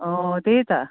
अँ त्यही त